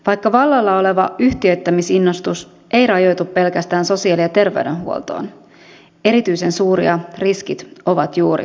vaikka vallalla oleva yhtiöittämisinnostus ei rajoitu pelkästään sosiaali ja terveydenhuoltoon erityisen suuria riskit ovat juuri sosiaali ja terveysalalla